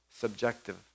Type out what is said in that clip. subjective